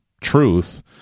truth